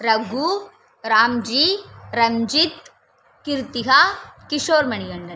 Raghu Ramji Ranjith Kiruthika Kishore Manikandan